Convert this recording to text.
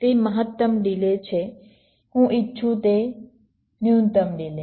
તે મહત્તમ ડિલે છે હું ઇચ્છું તે ન્યૂનતમ ડિલે